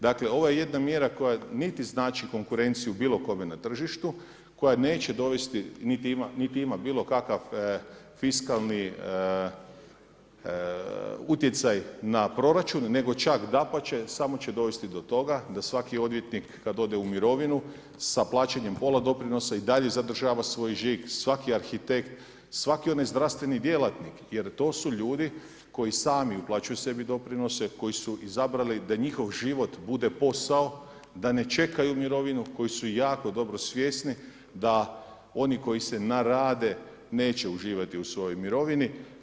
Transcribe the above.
Dakle, ovo je jedna mjera koja niti znači konkurenciju bilo koga na tržištu, koja neće dovesti niti ima bilo kakav fiskalni utjecaj na proračun nego čak dapače, samo će dovesti do toga da svaki odvjetnik kada ode u mirovinu sa plaćanjem pola doprinosa i dalje zadržava svoj žig, svaki arhitekt, svaki onaj zdravstveni djelatnik jer to su ljudi koji sami uplaćuju sebi doprinose, koji su izabrali da njihov život bude posao, da ne čekaju mirovinu, koji su jako dobro svjesni da oni koji se narade neće uživati u svojoj mirovini.